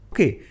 Okay